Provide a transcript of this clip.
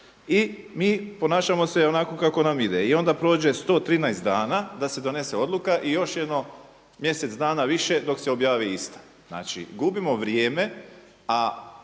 i mi ponašamo se onako kako nam ide. I onda prođe 113 dana da se donese odluka i još jedno mjesec dana više dok se objavi ista. Znači gubimo vrijeme,